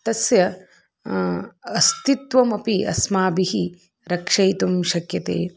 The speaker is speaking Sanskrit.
तस्य अस्तित्वमपि अस्माभिः रक्षयितुं शक्यते